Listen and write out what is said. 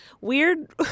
weird